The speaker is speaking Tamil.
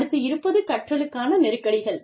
அடுத்து இருப்பது கற்றலுக்கான நெருக்கடிகள்